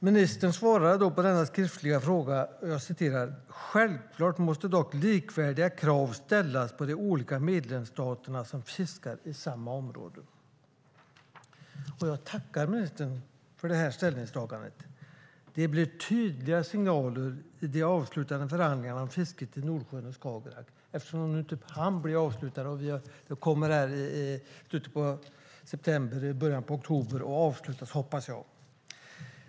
Ministern svarade på denna skriftliga fråga: "Självklart måste dock likvärdiga krav ställas på de olika medlemsstater som fiskar i samma område." Jag tackar ministern för det här ställningstagandet. Det blir tydliga signaler i de avslutande förhandlingarna om fisket i Nordsjön och Skagerrak, eftersom de inte hann avslutas utan kommer att avslutas i slutet av september eller början av oktober, hoppas jag.